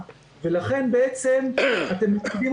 וביחד אתכם החלטנו